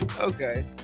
Okay